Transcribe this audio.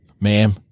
Ma'am